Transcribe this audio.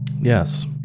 Yes